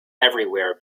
everywhere